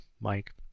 Mike